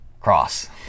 cross